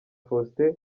faustin